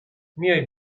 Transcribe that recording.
میای